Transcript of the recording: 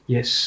Yes